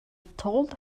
told